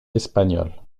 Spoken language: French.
espagnole